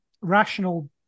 rational